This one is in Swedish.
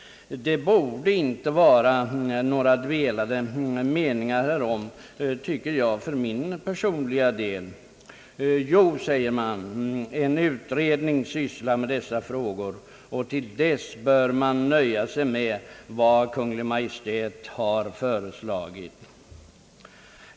Det borde inte råda några delade meningar härom, tycker jag för min personliga del. Det sägs då, att en utredning sysslar med dessa frågor och att vi i avvaktan på utredningsresultatet bör nöja oss med vad Kungl. Maj:t har föreslagit.